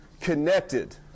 connected